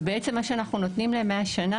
מה שאנחנו נותנים להם מהשנה,